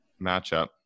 matchup